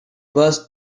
burst